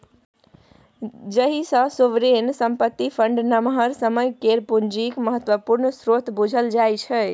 जाहि सँ सोवरेन संपत्ति फंड नमहर समय केर पुंजीक महत्वपूर्ण स्रोत बुझल जाइ छै